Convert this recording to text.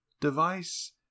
device